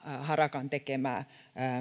harakan tekemää